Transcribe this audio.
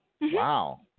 Wow